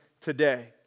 today